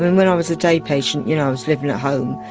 and when i was a day patient you know i was living at home,